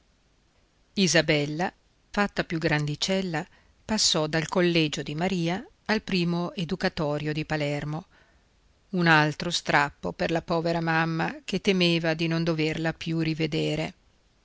isabella fatta più grandicella passò dal collegio di maria al primo educatorio di palermo un altro strappo per la povera mamma che temeva di non doverla più rivedere